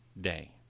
day